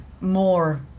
more